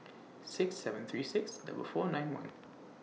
six seven three six double four nine one